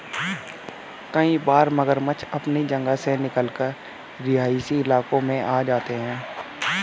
कई बार मगरमच्छ अपनी जगह से निकलकर रिहायशी इलाकों में आ जाते हैं